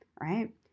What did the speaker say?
right